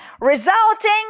resulting